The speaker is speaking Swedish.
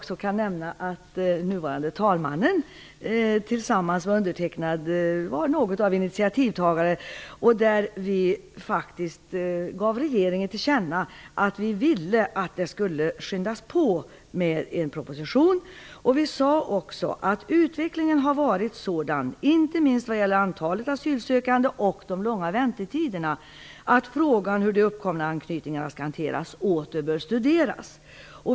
Jag kan nämna att den nuvarande talmannen tillsammans med mig var något av initiativtagare till detta. Vi gav faktiskt regeringen till känna att vi ville att en proposition skulle påskyndas. Vi sade också att utvecklingen har varit sådan, inte minst vad gäller antalet asylsökande och de långa väntetiderna, att frågan om hur de uppkomna anknytningarna skall hanteras åter bör studeras.